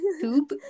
tube